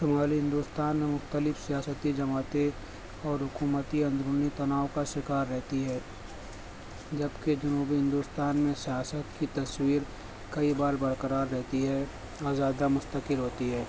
شمالی ہندوستان میں مکتلف سیاستی جماعتیں اور حکومتی اندرونی تناؤ کا شکار رہتی ہے جب کہ جنوبی ہندوستان میں سیاست کی تصویر کئی بار برقرار رہتی ہے اور زیادہ مستقل ہوتی ہے